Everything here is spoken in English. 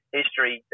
history